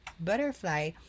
Butterfly